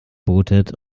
bootet